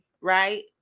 right